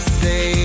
say